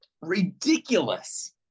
ridiculous